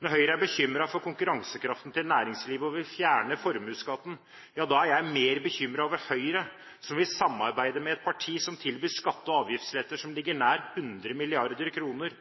Når Høyre er bekymret for konkurransekraften til næringslivet og vil fjerne formuesskatten, da er jeg mer bekymret over Høyre som vil samarbeide med et parti som tilbyr skatte- og avgiftsletter som ligger nær 100 mrd. kr,